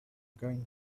coming